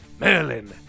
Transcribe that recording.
Merlin